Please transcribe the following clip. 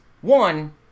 One